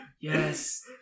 yes